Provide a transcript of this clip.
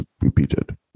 repeated